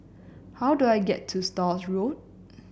how do I get to Stores Road